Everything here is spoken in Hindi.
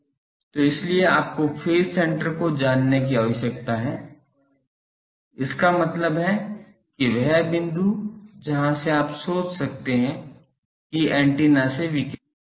तो इसीलिए आपको फेज सेण्टर को जानने की आवश्यकता है इसका मतलब है कि वह बिंदु जहां से आप सोच सकते हैं कि एंटेना से विकिरण आ रहा है